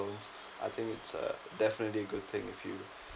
I think it's uh definitely a good thing if you